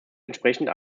entsprechend